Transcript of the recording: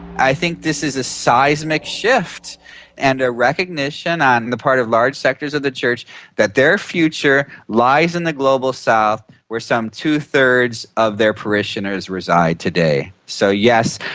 i think this is a seismic shift and a recognition on the part of large sectors of the church that their future lies in the global south where some two-thirds of their parishioners reside today. so yes,